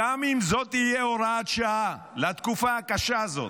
גם אם זאת תהיה הוראת שעה לתקופה הקשה הזאת.